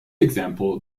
example